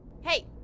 Hey